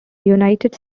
united